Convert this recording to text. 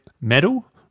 metal